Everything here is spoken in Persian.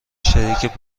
شریک